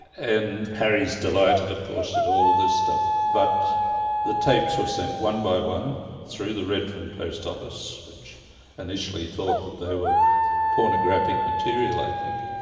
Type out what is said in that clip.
and harry's delighted of course at all of this stuff. but the tapes were sent one by one through the redfern post office which initially thought that they were pornographic material, i think.